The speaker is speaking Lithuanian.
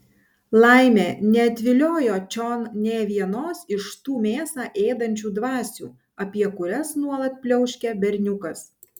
laimė neatviliojo čion nė vienos iš tų mėsą ėdančių dvasių apie kurias nuolat pliauškia berniukas